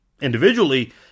individually